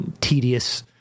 tedious